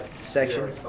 section